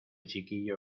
chiquillo